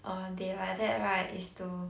err they like that right is to